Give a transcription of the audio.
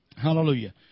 Hallelujah